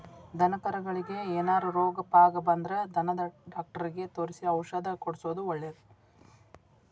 ದನಕರಗಳಿಗೆ ಏನಾರ ರೋಗ ಪಾಗ ಬಂದ್ರ ದನದ ಡಾಕ್ಟರಿಗೆ ತೋರಿಸಿ ಔಷಧ ಕೊಡ್ಸೋದು ಒಳ್ಳೆದ